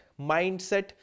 mindset